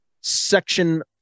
section